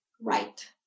right